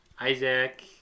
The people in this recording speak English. Isaac